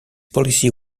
policy